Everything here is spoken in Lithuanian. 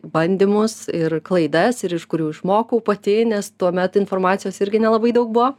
bandymus ir klaidas ir iš kurių išmokau pati nes tuomet informacijos irgi nelabai daug buvo